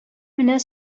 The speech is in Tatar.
менә